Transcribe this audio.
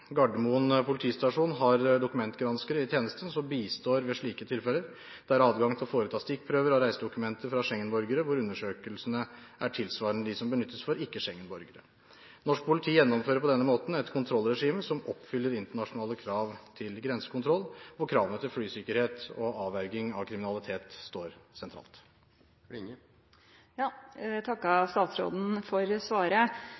Gardermoen politistasjon har dokumentgranskere i tjenesten som bistår ved slike tilfeller. Det er adgang til å foreta stikkprøver av reisedokumenter fra Schengen-borgere, hvor undersøkelsene er tilsvarende de som benyttes for ikke-Schengen-borgere. Norsk politi gjennomfører på denne måten et kontrollregime som oppfyller internasjonale krav til grensekontroll, og kravene til flysikkerhet og avverging av kriminalitet står sentralt. Eg takkar statsråden for svaret.